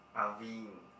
Avene